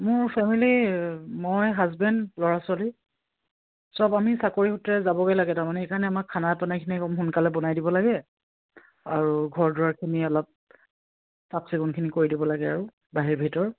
মোৰ ফেমিলি মই হাজবেণ্ড ল'ৰা ছোৱালী সব আমি চাকৰি সূত্ৰে যাবগৈ লাগে তাৰমানে সেইকাৰণে আমাক খানা পিনাখিনি অলপ সোনকালে বনাই দিব লাগে আৰু ঘৰ দুৱাৰখিনি অলপ চাফ চিকুণখিনি কৰি দিব লাগে আৰু বাহিৰ ভিতৰ